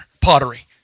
pottery